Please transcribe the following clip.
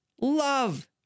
love